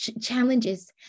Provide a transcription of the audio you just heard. challenges